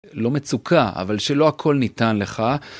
לא מצוקה אבל שלא הכל ניתן לך.